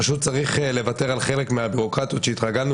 פשוט צריך לוותר על חלק מהביורוקרטיות שהתרגלנו